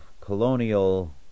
colonial